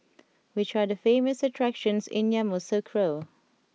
which are the famous attractions in Yamoussoukro